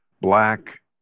black